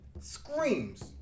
screams